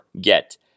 get